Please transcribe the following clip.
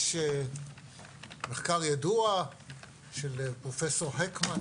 יש מחקר ידוע של פרופ' הקמן,